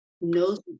knows